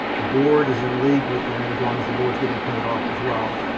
the board is in league with them, as long as the board's getting paid off as well.